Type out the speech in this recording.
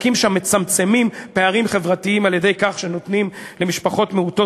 מצמצמים שם פערים חברתיים על-ידי כך שנותנים למשפחות מעוטות